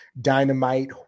Dynamite